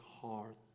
heart